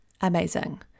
Amazing